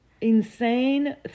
Insane